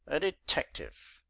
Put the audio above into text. a detective.